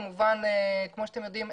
כמו שאתם יודעים,